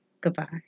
Goodbye